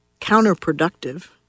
counterproductive